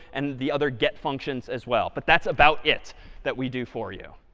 and the other get functions as well. but that's about it that we do for you.